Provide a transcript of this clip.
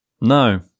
no